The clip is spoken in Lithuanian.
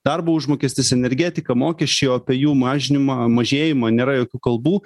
darbo užmokestis energetika mokesčiai o apie jų mažinimą mažėjimą nėra jokių kalbų